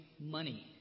money